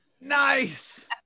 Nice